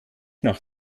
nach